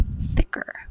thicker